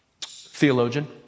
theologian